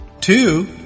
Two